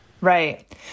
Right